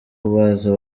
baza